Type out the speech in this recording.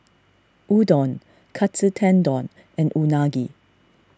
Udon Katsu Tendon and Unagi